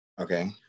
Okay